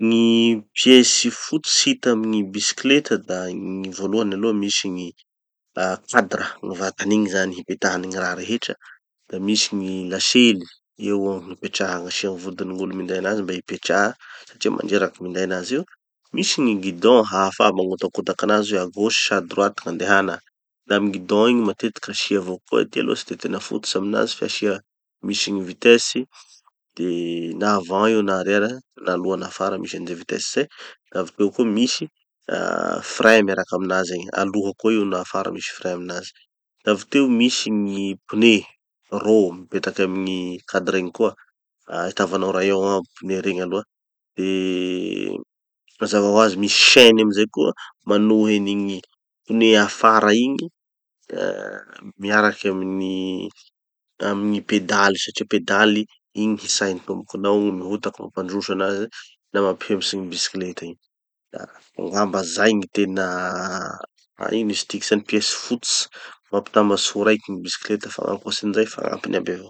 Gny pieces fototsy hita amy gny bisikileta da gny voalohany aloha misy gny ah kadra, gny vatany igny zany, hipetahan'ny gny raha rehetra. Da misy gny lasely, eo gny hipetraha hasia gny vodin'ny gn'olo minday anazy mba hipetraha satria mandreraky minday anazy io. Misy gny guidon hahafaha magnotakotaky anazy hoe à gauche sa à droite gn'andehana. Da amy guidon igny matetiky asia avao koa, ty aloha tsy de tena fototsy aminazy fe asia, misy gny vitesse, de na avant io na arrière, na aloha na afara misy anizay vitessse zay, da avy teo koa misy frein miaraky aminazy egny, aloha koa io na afara misy frein aminazy. Da avy teo misy gny pneus, rô mipetaky amy gny kadra igny koa. Ahitavanao rayons aby pneus regny aloha. Deee mazava ho azy misy chaines amizay koa manohy anigny pneu afara igny daa miaraky amin'ny da amy gny pedaly satria pedaly, igny hitsahin'ny tombokinao igny, mihotaky mampandroso anazy da mampihemotsy gny bisikileta igny. Da angamba zay gny tena, ah ino izy tiky zany, pieces fototsy mampitambatsy ho raiky gny bisikileta fa gn'ankoatsin'izay fagnampiny aby avao.